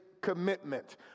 commitment